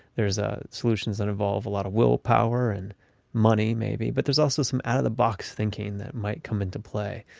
ah solutions that involve a lot of will power and money maybe, but there's also some out of the box thinking that might come into play.